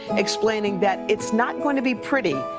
explaining that it's not going to be pretty,